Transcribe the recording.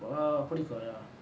err புடிக்கும்:pudikkum ya